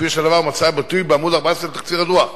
כפי שהדבר מצא ביטוי בעמוד 14 בתחקיר הדוח: